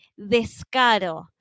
descaro